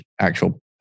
actual